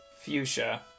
Fuchsia